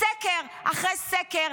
סקר אחרי סקר,